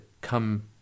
come